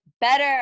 better